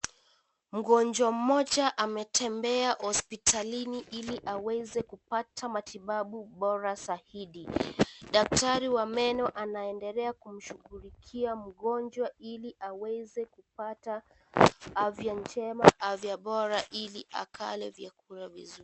Mgonjwa mmoja ametembea hospitalini ili aweze kupata matibabu bora zaidi . Daktari wa meno anaendelea kumshughulikia mgonjwa ili aweze kupata afya njema afya bora ili akale vyakula vizuri.